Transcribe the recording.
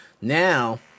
Now